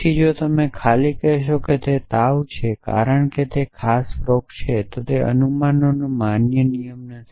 પછી જો તમે ખાલી કહેશો કે તે તાવ છે કારણ કે તે આ ખાસ રોગ છે તે અનુમાનનો માન્ય નિયમ નથી